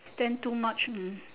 stand too much